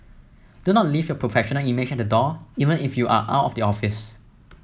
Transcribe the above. do not leave your professional image at the door even if you are out of the office